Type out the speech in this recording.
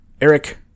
Eric